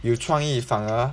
有创意反而